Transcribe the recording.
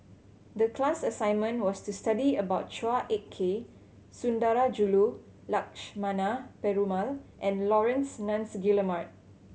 the class assignment was to study about Chua Ek Kay Sundarajulu Lakshmana Perumal and Laurence Nunns Guillemard